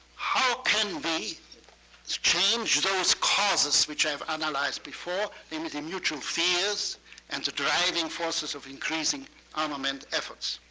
how can we change those causes which i've analyzed before, limiting mutual fears and the driving forces of increasing armament efforts?